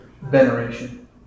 Veneration